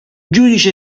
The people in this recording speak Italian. giudice